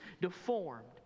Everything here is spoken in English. deformed